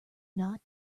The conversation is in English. not